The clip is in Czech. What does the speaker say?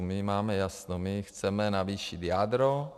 My máme jasno, chceme navýšit jádro.